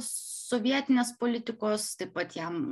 sovietinės politikos taip pat jam